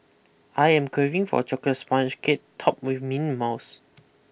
I am craving for a chocolate sponge cake topped with mint mousse